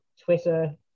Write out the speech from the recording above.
twitter